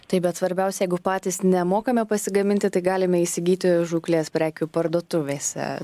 taip bet svarbiausia jeigu patys nemokame pasigaminti tai galime įsigyti žūklės prekių parduotuvėse